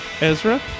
Ezra